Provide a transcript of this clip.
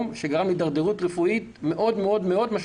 וזה גרם להידרדרות רפואית משמעותית מאוד מאוד.